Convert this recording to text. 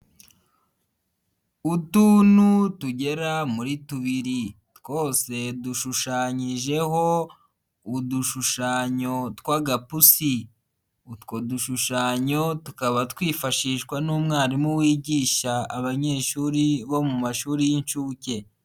Utuntu tugera muri tubiri twose dushushanyijeho udushushanyo tw'agapusi, utwo dushushanyo tukaba twifashishwa n'umwarimu wigisha abanyeshuri bo mu mashuri y'incuke.